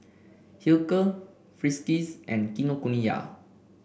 Hilker Friskies and Kinokuniya